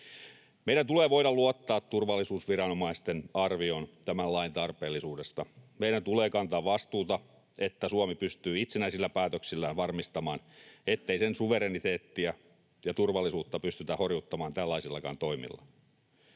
Meidän tulee voida luottaa turvallisuusviranomaisten arvioon tämän lain tarpeellisuudesta. Meidän tulee kantaa vastuuta, että Suomi pystyy itsenäisillä päätöksillään varmistamaan, ettei sen suvereniteettia ja turvallisuutta pystytä horjuttamaan tällaisillakaan toimilla.